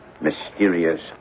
mysterious